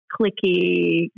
clicky